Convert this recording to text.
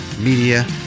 Media